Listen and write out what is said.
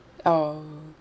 oh